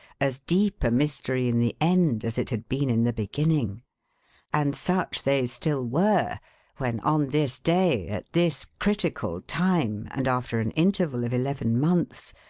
as deep a mystery in the end as it had been in the beginning and such they still were when, on this day, at this critical time and after an interval of eleven months,